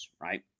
right